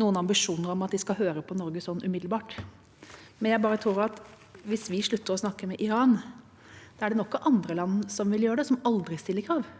noen ambisjon om at de skal høre på Norge umiddelbart, men jeg tror at hvis vi slutter å snakke med Iran, er det nok av andre land som vil gjøre det, som aldri stiller krav.